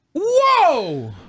Whoa